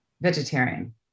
Vegetarian